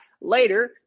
later